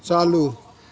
चालू